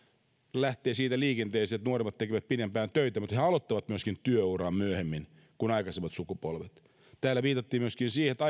lähtee siitä liikenteeseen että nuoremmat tekevät pidempään töitä mutta he he aloittavat myöskin työuran myöhemmin kuin aikaisemmat sukupolvet täällä viitattiin myöskin siihen että